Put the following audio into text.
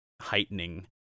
heightening